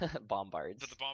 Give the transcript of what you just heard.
bombards